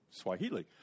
Swahili